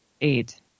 Eight